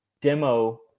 demo